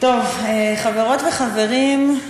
חברות וחברים,